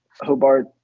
Hobart